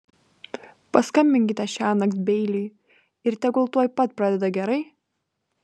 paskambinkite šiąnakt beiliui ir tegul tuoj pat pradeda gerai